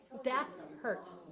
that um hurts.